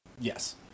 Yes